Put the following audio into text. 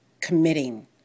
committing